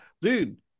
dude